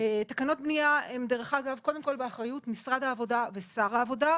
תקנות בנייה הן באחריות משרד העבודה ושר העבודה,